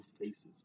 faces